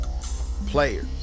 players